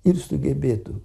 ir sugebėtų